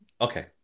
Okay